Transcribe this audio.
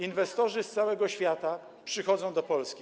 Inwestorzy z całego świata przychodzą do Polski.